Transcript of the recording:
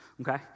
okay